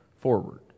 forward